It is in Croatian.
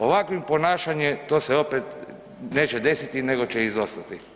Ovakvim ponašanjem to se opet neće desiti nego će izostati.